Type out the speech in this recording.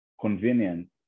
convenient